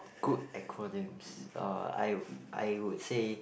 not good acronyms uh I I would say